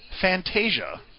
Fantasia